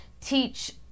teach